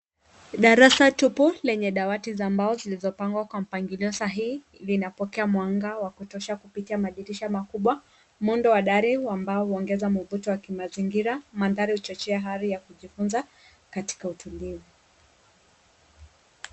Darasa tupu lenye dawati za mbao zilizopangwa kwa mpangilio sahihi linapokea mwanga wa kutosha kupita madirisha makubwa. Muundo wa dari wa mbao huongeza mvuto wa mazingia .Mandahri huchochea hali ya kujifunza katika utulivu.